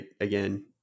again